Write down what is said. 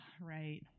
right